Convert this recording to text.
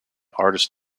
artist